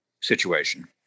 situation